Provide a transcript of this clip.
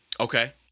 Okay